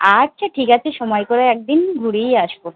আচ্ছা ঠিক আছে সময় করে একদিন ঘুরেই আসবো